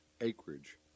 acreage